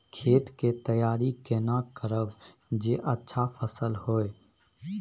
खेत के तैयारी केना करब जे अच्छा फसल होय?